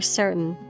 certain